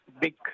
big